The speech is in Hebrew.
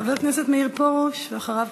חבר הכנסת מאיר פרוש, ואחריו,